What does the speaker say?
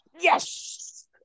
Yes